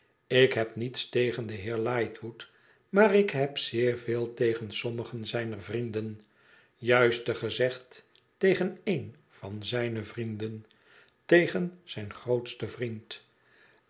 ik heb niets tegen den heer li htwood maar ik heb zeer veel tegen sommigen zijner vrienden juister gezegd tegen één van zijne vrienden tegen zijn grootsten vriend